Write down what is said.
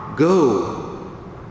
go